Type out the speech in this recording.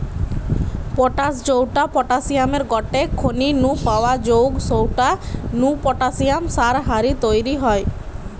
potash জউটা পটাশিয়ামের গটে খনি নু পাওয়া জউগ সউটা নু পটাশিয়াম সার হারি তইরি হয়